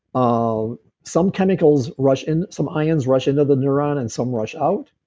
um some chemicals rush in, some ions rush into the neuron and some rush out.